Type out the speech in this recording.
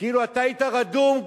כאילו אתה היית רדום,